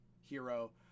hero